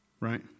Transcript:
Right